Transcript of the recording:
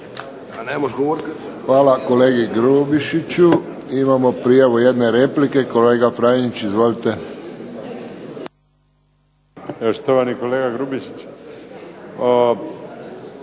Hvala kolegi Grubišiću. Imamo prijavu jedne replike, kolega Franić. Izvolite. **Franić,